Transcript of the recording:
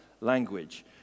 language